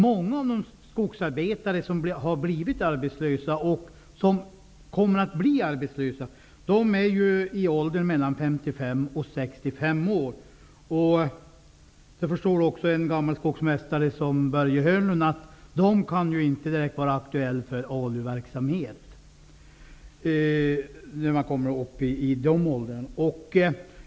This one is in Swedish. Många av de skogsarbetare som har blivit arbetslösa och som kommer att bli arbetslösa är i åldern 55--65 år. Det förstår väl också en ''gammal'' skogsmästare som Börje Hörnlund att de, när de kommer upp i de åldrarna, inte direkt kan vara aktuella för ALU-verksamhet.